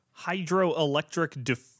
Hydroelectric